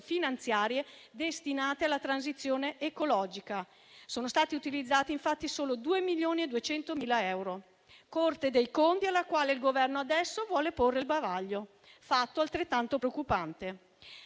finanziarie destinate alla transizione ecologica (sono stati utilizzati infatti solo 2,2 milioni); Corte dei conti alla quale il Governo adesso vuole porre il bavaglio, fatto altrettanto preoccupante.